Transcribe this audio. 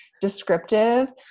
descriptive